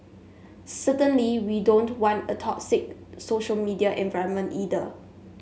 certainly we don't want a toxic social media environment either